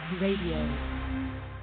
Radio